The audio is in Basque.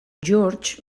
george